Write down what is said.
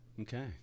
Okay